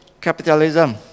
capitalism